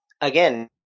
again